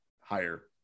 higher